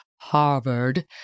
Harvard